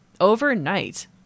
overnight